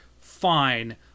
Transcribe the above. fine